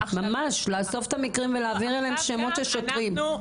לאסוף מקרים ולהעביר אליהם שמות של שוטרים.